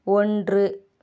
ஒன்று